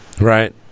Right